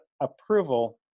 approval